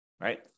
right